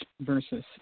Versus